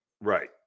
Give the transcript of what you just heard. Right